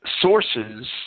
sources